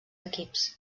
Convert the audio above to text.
equips